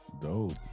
Dope